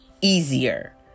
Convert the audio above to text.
easier